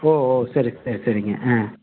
ஓ ஓ சரி சரி சரிங்க ஆ